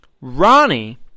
Ronnie